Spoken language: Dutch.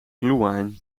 glühwein